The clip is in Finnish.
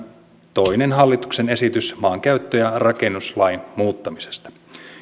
toinen hallituksen esitys maankäyttö ja rakennuslain muuttamisesta